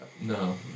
No